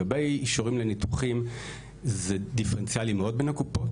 לגבי אישורים לניתוחים זה דיפרנציאלי מאוד בין הקופות,